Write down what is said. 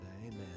Amen